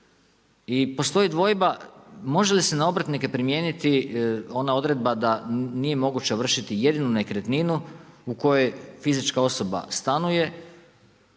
i postoji dvojba može li se na obrtnike primijeniti ona odredba da nije moguće ovršiti jedinu nekretninu u kojoj fizička osoba stanuje,